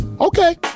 Okay